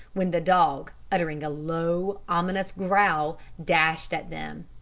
when the dog, uttering a low, ominous growl, dashed at them.